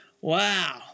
Wow